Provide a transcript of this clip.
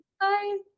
Bye